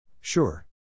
Sure